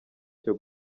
cyo